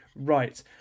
Right